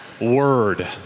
word